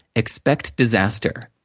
expect disaster.